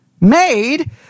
made